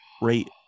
rate